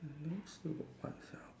then still got what sia